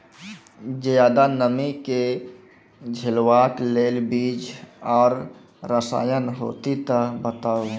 ज्यादा नमी के झेलवाक लेल बीज आर रसायन होति तऽ बताऊ?